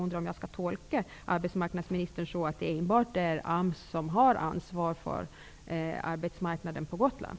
Bör jag tolka arbetsmarknadsministern så att enbart AMS har ansvaret för arbetsmarknaden på Gotland?